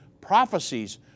prophecies